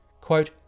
Quote